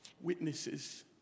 witnesses